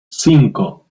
cinco